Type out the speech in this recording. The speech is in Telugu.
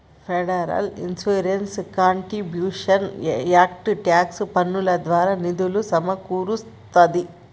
federal insurance contributions act tax పన్నుల ద్వారా నిధులు సమకూరుస్తాంది